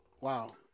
wow